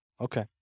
okay